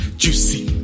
juicy